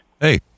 Hey